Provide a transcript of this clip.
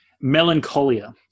Melancholia